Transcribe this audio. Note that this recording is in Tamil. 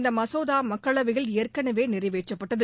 இந்த மசோதா மக்களவையில் ஏற்கனவே நிறைவேற்றப்பட்டது